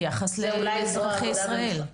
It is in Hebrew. ביחס לאזרחי ישראל.